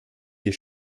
hier